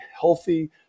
healthy